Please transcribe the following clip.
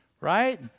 right